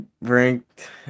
ranked